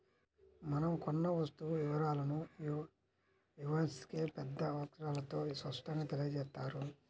మనం కొన్న వస్తువు వివరాలను ఇన్వాయిస్పై పెద్ద అక్షరాలతో స్పష్టంగా తెలియజేత్తారు